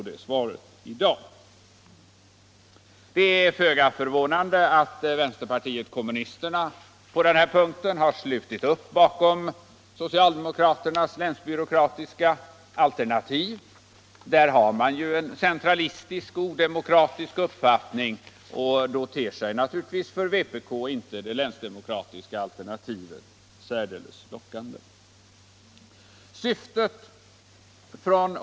Det är föga förvånande att vänsterpartiet kommunisterna på denna punkt har slutit upp bakom socialdemokraternas länsbyråkratiska alternativ. Vpk har ju en centralistisk och odemokratisk uppfattning, och det länsdemokratiska alternativet ter sig därför naturligtvis inte särdeles lockande för det partiet.